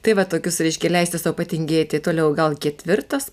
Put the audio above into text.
tai vat tokius reiškia leisti sau patingėti toliau gal ketvirtas